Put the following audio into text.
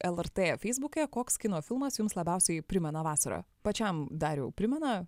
lrt feisbuke koks kino filmas jums labiausiai primena vasarą pačiam dariau primena